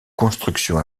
construction